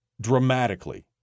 dramatically